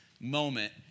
moment